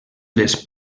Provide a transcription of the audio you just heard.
les